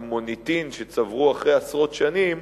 עם מוניטין שצברו אחרי עשרות שנים,